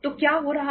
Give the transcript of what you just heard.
तो क्या हो रहा है